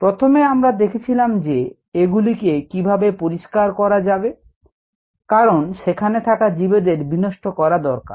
প্রথমে আমরা দেখেছিলাম যে কিভাবে এগুলিকে পরিষ্কার করা যাবে কারণ সেখানে থাকা জীবদের বিনষ্ট করা দরকার